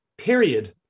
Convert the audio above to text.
period